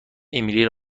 امیلی